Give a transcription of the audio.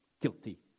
Guilty